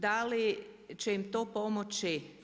Da li će im to pomoći?